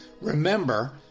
Remember